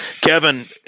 Kevin